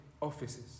offices